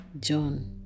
John